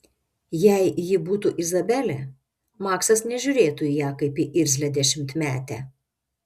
jei ji būtų izabelė maksas nežiūrėtų į ją kaip į irzlią dešimtmetę